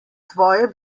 tvoje